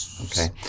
Okay